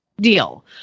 deal